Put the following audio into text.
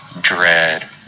dread